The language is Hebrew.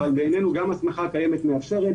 אבל בעינינו גם ההסמכה הקיימת מאפשרת,